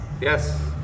Yes